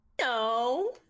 no